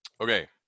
Okay